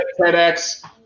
TEDx